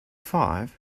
five